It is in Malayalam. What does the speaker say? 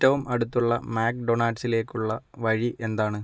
ഏറ്റവും അടുത്തുള്ള മക്ഡൊണാൾഡ്സിലേക്കുള്ള വഴി എന്താണ്